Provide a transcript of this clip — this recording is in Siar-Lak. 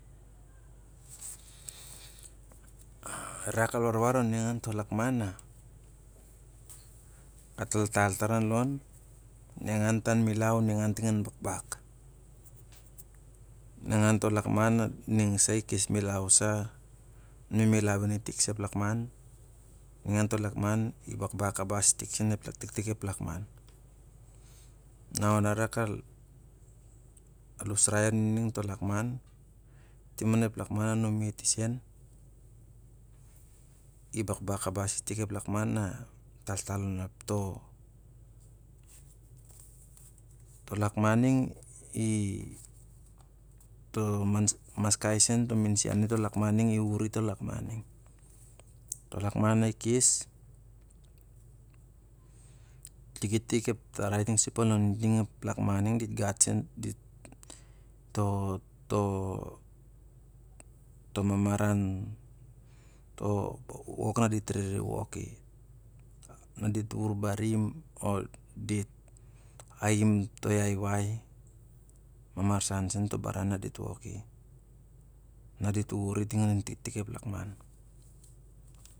Arak, al warwar oningan to lakman na taltal farawon. Ningan to milau, ningan ting an bakbak. Ningan to lakman na ning sa i kes milau sa, mi milau i tik ep lakman, ningan i bakbak kabas i ting ep lakman. Na onga a rak al usrai oni ning to lakman, oenp lak maa anumeti sen, i bakbak kabas i ning to lakman. To lakman ning i, maskai sen to min sian i ning to lakman, i wur i to takman ning. Lakman na i kes, itik, itik, ep tarai na i kes tinga sup lon itik ep lakman, ning dit gat sen to, to, to mamaran dit rere woki. Dit wuwur barim, dit aim to yai wai, mamarsan sen to baran na dit wur i ting on i tik tik ep lakman.